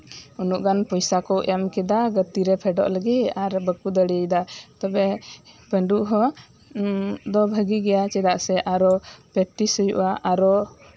ᱩᱱᱟᱹᱜ ᱜᱟᱱ ᱯᱚᱭᱥᱟ ᱠᱚ ᱮᱢ ᱠᱮᱫᱟ ᱜᱟᱛᱮᱨᱮ ᱯᱷᱮᱰᱚᱜ ᱞᱟᱹᱜᱤᱫ ᱟᱨ ᱵᱟᱠᱚ ᱫᱟᱲᱮᱭᱟᱫᱟ ᱛᱚᱵᱮ ᱯᱟᱹᱰᱩᱜ ᱦᱚᱸ ᱵᱷᱟᱹᱜᱤ ᱜᱮᱭᱟ ᱪᱮᱫᱟᱜ ᱥᱮ ᱯᱨᱮᱠᱴᱤᱥ ᱦᱩᱭᱩᱜᱼᱟ ᱟᱨᱚ